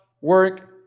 work